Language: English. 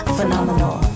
Phenomenal